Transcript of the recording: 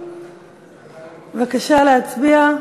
בבקשה להצביע.